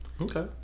Okay